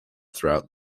throughout